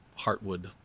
Heartwood